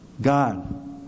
God